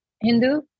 Hindu